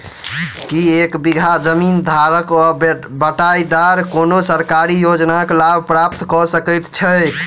की एक बीघा जमीन धारक वा बटाईदार कोनों सरकारी योजनाक लाभ प्राप्त कऽ सकैत छैक?